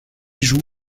joue